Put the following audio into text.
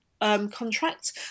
contract